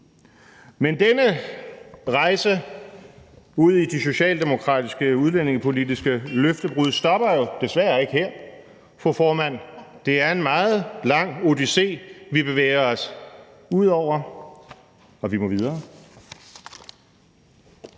Men denne rejse udi de socialdemokratiske udlændingepolitiske løftebrud stopper jo desværre ikke her. Det er en meget lang odyssé, vi bevæger os ud i – og vi må videre,